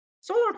solar